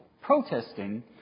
protesting